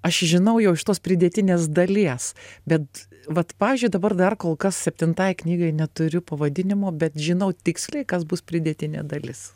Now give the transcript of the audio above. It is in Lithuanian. aš žinau jau iš tos pridėtinės dalies bet vat pavyzdžiui dabar dar kol kas septintai knygai neturiu pavadinimo bet žinau tiksliai kas bus pridėtinė dalis